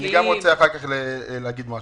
אני גם רוצה אחר כך להגיד משהו.